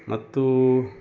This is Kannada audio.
ಮತ್ತು